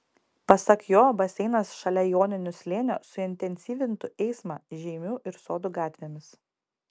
pasak jo baseinas šalia joninių slėnio suintensyvintų eismą žeimių ir sodų gatvėmis